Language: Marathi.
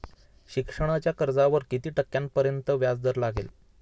शिक्षणाच्या कर्जावर किती टक्क्यांपर्यंत व्याजदर लागेल?